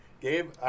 Gabe